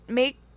make